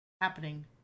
happening